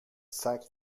zeigt